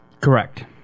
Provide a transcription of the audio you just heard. correct